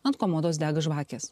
ant komodos dega žvakės